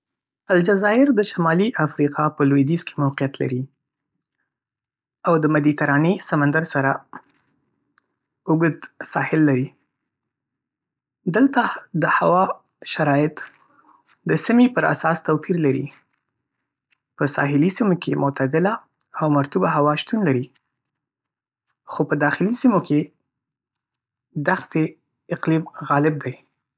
الجزایر د شمالي افریقا په لویدیځ کې موقعیت لري او د مدیترانې سمندر سره اوږد ساحل لري. دلته د هوا شرایط د سیمې پراساس توپیر لري. په ساحلي سیمو کې معتدله او مرطوبه هوا شتون لري، خو په داخلي سیمو کې دښتی اقلیم غالب دی.